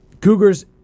Cougars